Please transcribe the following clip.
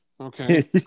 Okay